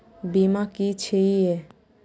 बीमा की छी ये?